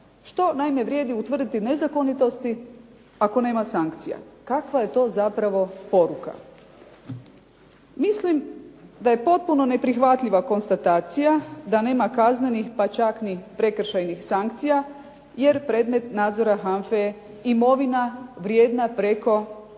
Što naime vrijedi utvrditi nezakonitosti ako nema sankcija? Kakva je to zapravo poruka? Mislim da je potpuno neprihvatljiva konstatacija da nema kaznenih, pa čak ni prekršajnih sankcija jer predmet nadzora HANFA-e je imovina vrijedna preko 100